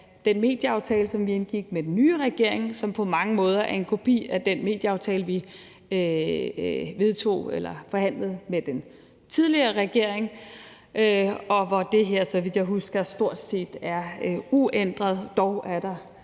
den medieaftale, som vi indgik med den nye regering, og som på mange måder er en kopi af den medieaftale, vi forhandlede med den tidligere regering, og det er, så vidt jeg husker, stort set uændret. Dog er der